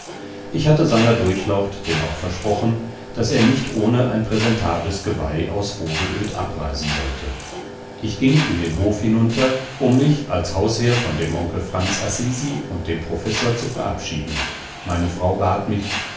ich hatte seiner durchlaucht denn auch versprochen daß er nicht ohne ein präsentables geweih aus vogelöd abreisen sollte ich ging in den hof hinunter um mich als hausherr von dem onkel franz assisi und dem professor zu verabschieden meine frau bat mich